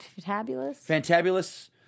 Fantabulous